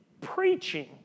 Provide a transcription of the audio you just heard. preaching